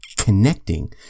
connecting